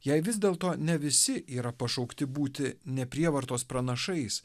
jei vis dėlto ne visi yra pašaukti būti ne prievartos pranašais